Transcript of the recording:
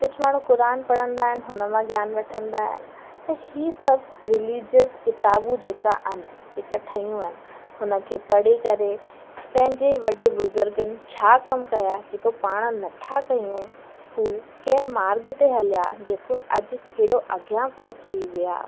कुझु माण्हू क़ुरान पढ़ंदा आहिनि हुननि मां ज्ञान वठंदा आहिनि हीउ सभु रिलिजियस किताबूं जेका आहिनि जेका ठहियूं आहिनि हुन खे पढ़ी करे पंहिंजे वॾे बुज़ुर्गनि छा कमु कयां जेको पाण नथा कयूं हूं कंहिं मार्ग ते हलिया जेको अॼु अहिड़ो अॻियां पहुची विया